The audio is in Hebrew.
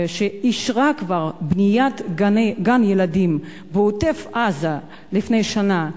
שאישרה כבר בניית גן-ילדים בעוטף-עזה לפני שנה,